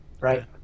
Right